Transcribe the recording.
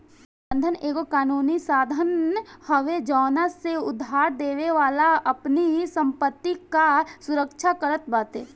बंधक एगो कानूनी साधन हवे जवना से उधारदेवे वाला अपनी संपत्ति कअ सुरक्षा करत बाटे